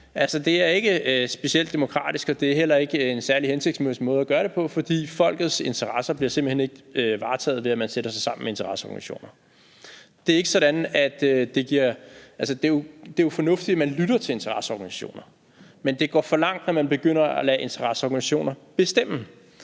altså ikke specielt demokratisk, og det er heller ikke en særlig hensigtsmæssig måde at gøre det på, for folkets interesser bliver simpelt hen ikke varetaget, ved at man sætter sig sammen med interesseorganisationer. Det er jo fornuftigt, at man lytter til interesseorganisationer, men det går for langt, når man begynder at lade interesseorganisationer bestemme.